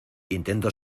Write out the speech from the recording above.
intento